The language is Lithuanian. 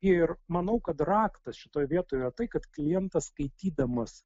ir manau kad raktas šitoj vietoj yra tai kad klientas skaitydamas